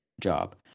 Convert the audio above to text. job